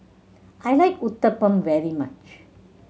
I like Uthapam very much